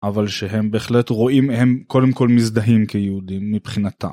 אבל שהם בהחלט רואים הם קודם כל מזדהים כיהודים מבחינתם.